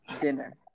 dinner